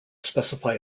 specify